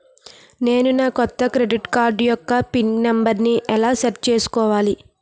నేను నా కొత్త డెబిట్ కార్డ్ యెక్క పిన్ నెంబర్ని ఎలా సెట్ చేసుకోవాలి?